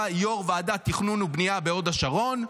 יו"ר ועדת תכנון ובנייה בהוד השרון,